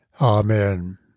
Amen